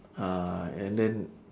uh and then